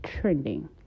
trending